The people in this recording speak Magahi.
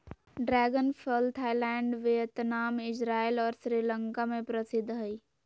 ड्रैगन फल थाईलैंड वियतनाम, इजराइल और श्रीलंका में प्रसिद्ध हइ